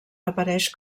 apareix